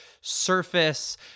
surface-